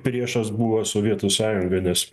priešas buvo sovietų sąjunga nes